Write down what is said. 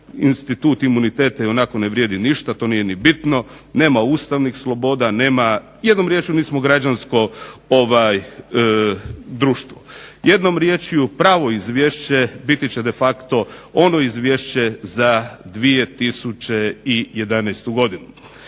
institut imuniteta ionako ne vrijedi ništa, to nije ni bitno, nema ustavnih sloboda, jednom riječju nismo građansko društvo. Jednom riječju pravo Izvješće biti će de facto ono izvješće za 2011. godinu.